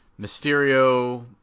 Mysterio